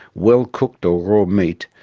well-cooked or raw meat,